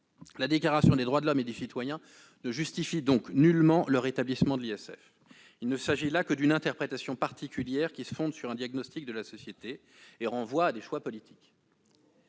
La Déclaration des droits de l'homme et du citoyen ne justifie nullement le rétablissement de l'ISF. Il ne s'agit là que d'une interprétation particulière, qui se fonde sur un diagnostic émis sur la société et renvoie à des choix politiques.